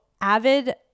avid